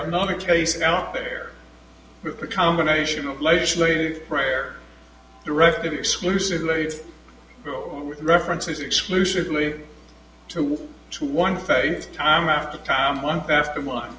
another case out there with a combination of legislative prayer directed exclusively with references exclusively to one to one face time after time month after month